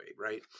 right